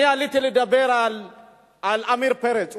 אני עליתי לדבר על עמיר פרץ.